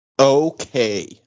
Okay